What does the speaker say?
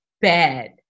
bed